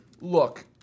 look